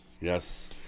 Yes